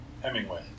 Hemingway